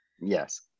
Yes